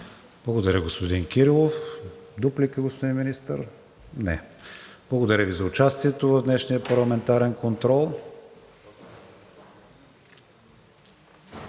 Благодаря, господин Кирилов. Дуплика, господин Министър? Не. Благодаря Ви за участието в днешния парламентарен контрол. Ако